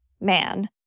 man